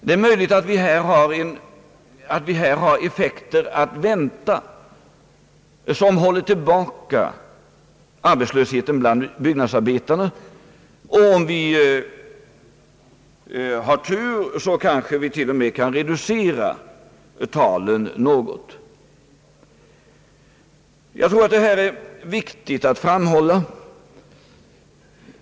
Det är möjligt att vi här har en effekt att vänta som håller tillbaka arbetslösheten bland byggnadsarbetarna — om vi har tur kanske vi t.o.m. kan reducera talen något. Jag tror att det i detta sammanhang är viktigt att framhålla en sak.